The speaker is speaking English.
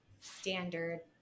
standard